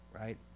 right